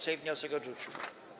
Sejm wniosek odrzucił.